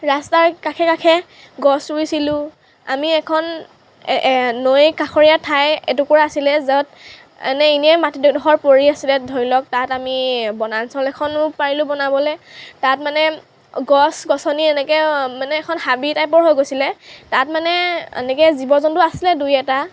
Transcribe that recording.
আৰু ৰাস্তাৰ কাষে কাষে গছ ৰুইছিলোঁ আমি এখন নৈ কাষৰীয়া ঠাই এটুকুৰা আছিলে য'ত এনে এনেই মাটিডোখৰ পৰি আছিলে ধৰি লওক তাত আমি বনাঞ্চল এখনো পাৰিলোঁ বনাবলৈ তাত মানে গছ গছনি এনেকৈ মানে এখন হাবি টাইপৰ হৈ গৈছিলে তাত মানে এনেকৈ জীৱ জন্তু আছিলে দুই এটা